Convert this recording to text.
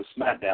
SmackDown